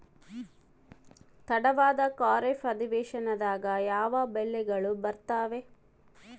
ತಡವಾದ ಖಾರೇಫ್ ಅಧಿವೇಶನದಾಗ ಯಾವ ಬೆಳೆಗಳು ಬರ್ತಾವೆ?